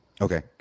okay